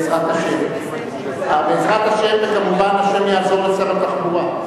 השם, וכמובן השם יעזור לשר התחבורה.